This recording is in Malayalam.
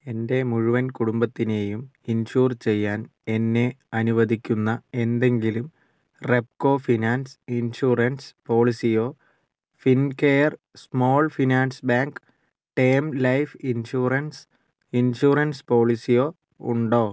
എൻ്റെ മുഴുവൻ കുടുംബത്തിനെയും ഇൻഷുർ ചെയ്യാൻ എന്നെ അനുവദിക്കുന്ന എന്തെങ്കിലും റെപ്കോ ഫിനാൻസ് ഇൻഷുറൻസ് പോളിസിയോ Fincare small finance bank term life insurance insurance പോളിസിയോ ഉണ്ടോ